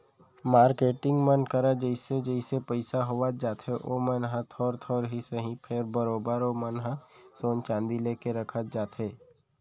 marketing मन करा जइसे जइसे पइसा होवत जाथे ओमन ह थोर थोर ही सही फेर बरोबर ओमन ह सोना चांदी लेके रखत जाथे